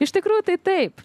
iš tikrųjų tai taip